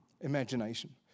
Imagination